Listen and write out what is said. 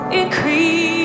increase